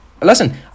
listen